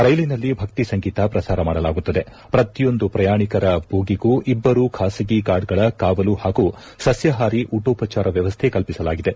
ರೈಲಿನಲ್ಲಿ ಭಕ್ತಿ ಸಂಗೀತ ಪ್ರಸಾರ ಮಾಡಲಾಗುತ್ತದೆ ಪ್ರತಿಯೊಂದು ಪ್ರಯಾಣಿಕರ ಬೋಗಿಗೂ ಇಬ್ಬರು ಖಾಸಗಿ ಗಾರ್ಡ್ಗಳ ಕಾವಲು ಹಾಗೂ ಸಸ್ಯಾಹಾರಿ ಉಟೋಪಚಾರ ವ್ಯವಸ್ಥೆ ಕಲ್ವಿಸಲಾಗಿದೆ